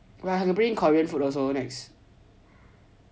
oh we have to bring in Korean food also next